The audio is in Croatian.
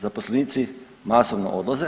Zaposlenici masovno odlaze.